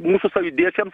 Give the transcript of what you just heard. mūsų sąjūdiečiams